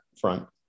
front